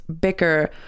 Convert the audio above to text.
bicker